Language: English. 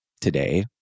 today